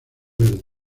verde